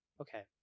Okay